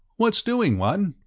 what's doing, one?